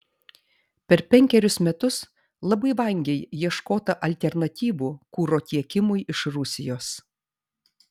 per penkerius metus labai vangiai ieškota alternatyvų kuro tiekimui iš rusijos